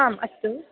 आम् अस्तु